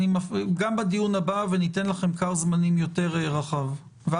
תדבר גם בדיון הבא וניתן לכם כר זמנים רחב יותר,